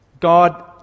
God